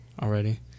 already